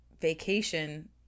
vacation